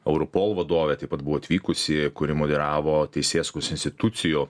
europol vadovė taip pat buvo atvykusi kuri moderavo teisėsaugos institucijų